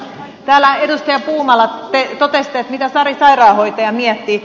täällä edustaja puumala te kyselitte mitä sari sairaanhoitaja miettii